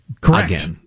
Correct